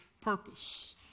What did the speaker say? purpose